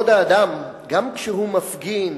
כבוד האדם, גם כשהוא מפגין,